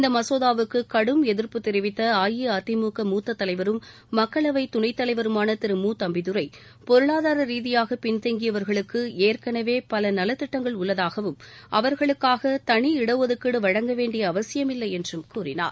இந்த மசோதாவுக்கு கடும் எதிர்ப்பு தெரிவித்த அஇஅதிமுக மூத்தத் தலைவரும் மக்களவைத் துணைத் தலைவருமான திரு மு தம்பிதுரை பொருளாதார ரீதியாக பின்தங்கியவர்களுக்கு ஏற்கனவே பல நலத்திட்டங்கள் உள்ளதாகவும் அவர்களுக்காக தனி இட ஒதுக்கீடு வழங்க வேண்டிய அவசியமில்லை என்றும் கூறினார்